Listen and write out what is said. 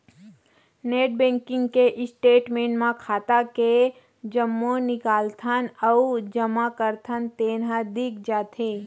net banking के statement म खाता के जम्मो निकालथन अउ जमा करथन तेन ह दिख जाथे